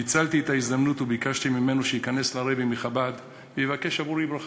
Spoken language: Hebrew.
ניצלתי את ההזדמנות וביקשתי ממנו שייכנס לרעבע מחב"ד ויבקש עבורי ברכה.